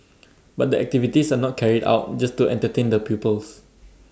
but the activities are not carried out just to entertain the pupils